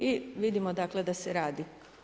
I vidimo dakle, da se radi.